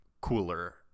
cooler